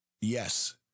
Yes